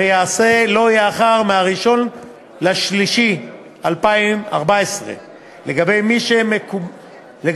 וייעשה לא יאוחר מ-1 במרס 2014. לגבי מי שמוקבל